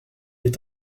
est